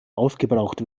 aufgebraucht